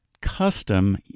custom